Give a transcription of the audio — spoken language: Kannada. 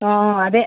ಹಾಂ ಅದೇ